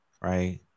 right